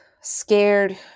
scared